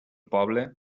poble